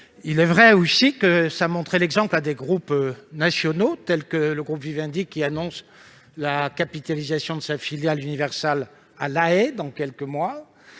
Il est vrai aussi que cela a inspiré des groupes nationaux tels que le groupe Vivendi, qui annonce la capitalisation de sa filiale Universal à La Haye dans quelques mois.